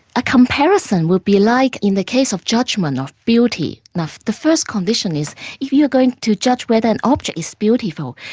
a comparison would be like in the case of judgment of beauty, the first condition is if you're going to judge whether an object is beautiful,